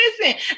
Listen